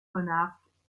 monarques